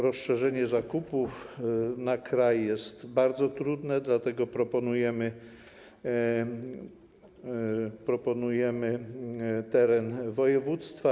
Rozszerzenie zakupów na kraj jest bardzo trudne, dlatego proponujemy teren województwa.